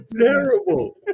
terrible